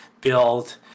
build